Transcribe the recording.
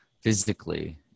physically